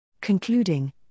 Concluding